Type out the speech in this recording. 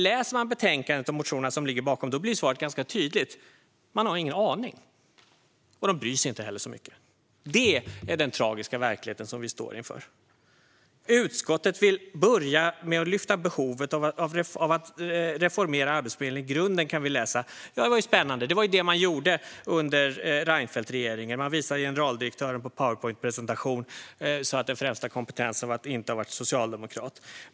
Läser man betänkandet och motionerna blir svaret ganska tydligt: Man har ingen aning och man bryr sig inte heller så mycket. Det är den tragiska verklighet som vi står inför. Utskottet vill börja med att lyfta behovet av att reformera Arbetsförmedlingen i grunden, kan vi läsa. Det var ju spännande. Det var det man gjorde under Reinfeldtregeringen. Man visade generaldirektören på Powerpointpresentationer där den främsta kompetensen var att inte ha varit socialdemokrat.